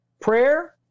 prayer